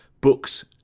Books